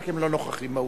רק הם לא נוכחים באולם.